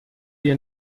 ihr